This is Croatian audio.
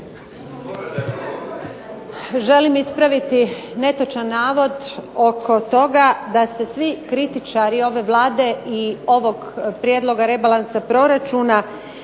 Želim ispraviti netočan navod oko toga da se svi kritičari ove Vlade i ovog prijedloga rebalansa proračuna